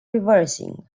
reversing